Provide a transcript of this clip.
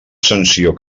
sanció